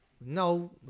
no